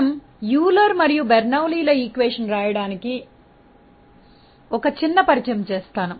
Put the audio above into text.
మనము యూలర్ మరియు బెర్నౌలీ ల సమీకరణాలు రాయడానికి ఒక చిన్న విషయం పరిచయం చేస్తాను